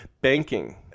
banking